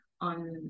on